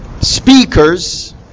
speakers